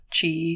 chi